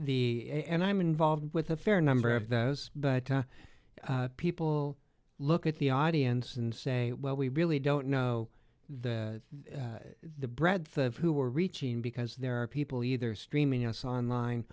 the and i'm involved with a fair number of those but people look at the audience and say well we really don't know that the breadth of who are reaching because there are people either streaming us online